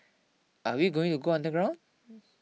are we going to go underground